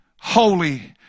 holy